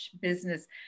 business